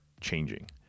changing